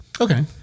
Okay